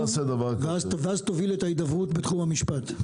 ואז תוביל את ההידברות בתחום המשפט.